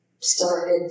started